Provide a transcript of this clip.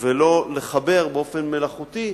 ולא לחבר באופן מלאכותי,